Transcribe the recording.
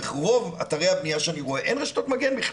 ברוב אתרי הבנייה שאני רואה אין רשתות מגן בכלל.